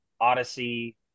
Odyssey